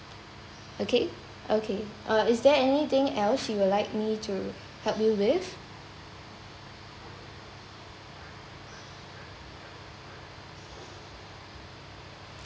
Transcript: okay okay uh is there anything else you would like me to help you with